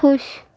خوش